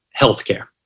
healthcare